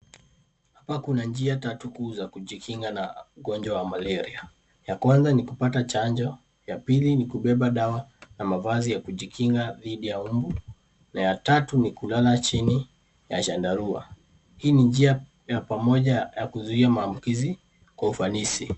Hapa kuna njia tatu kuu za kujikinga na ugonjwa wa malari. Ya Kwanza ni kupata chanjo, ya pili ni kubeba dawa na mavazi ya kujikinga didhi ya mbu na ya tatu ni kulala chini ya chandarua. Hii ni njia ya pamoja ya kuzuia maambukizi kwa ufanisi.